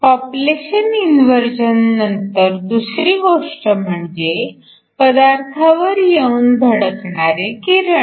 population inversion नंतर दुसरी गोष्ट म्हणजे पदार्थावर येऊन धडकणारे किरण